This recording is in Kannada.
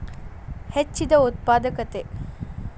ಹೆಚ್ಚಿದ ಉತ್ಪಾದಕತೆ